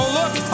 look